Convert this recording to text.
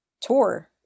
tour